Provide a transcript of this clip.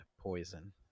Poison